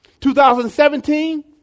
2017